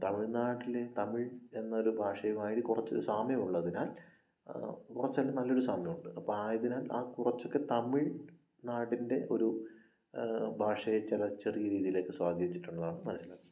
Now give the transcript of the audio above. തമിഴ്നാട്ടിലെ തമിഴ് എന്നൊരു ഭാഷയുമായി കുറച്ചൊരു സാമ്യമുള്ളതിനാൽ കുറച്ചൊക്കെ നല്ലൊരു സാമ്യമുണ്ട് അപ്പോള് ആയതിനാൽ ആ കുറച്ചൊക്കെ തമിഴ്നാടിൻ്റെ ഒരു ഭാഷയെ ചില ചെറിയ രീതിയിലൊക്കെ സ്വാധീനിച്ചിട്ടുണ്ടെന്നാണ് മനസിലാക്കുന്നത്